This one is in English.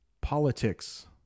politics